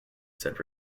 said